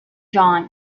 john